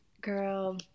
Girl